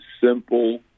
simple